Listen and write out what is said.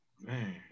Man